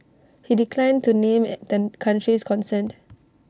he declined to name the countries concerned